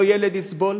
לא ילד יסבול